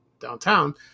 downtown